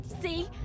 see